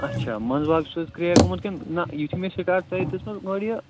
اچھا منٛز باگ چھُس حظ کرٛیک گوٚمُت کِنہٕ نہ یُتھُے مےٚ سِٹاٹ تۄہہِ دِژمہٕ گۄڈٕ یہِ